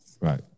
right